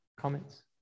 Comments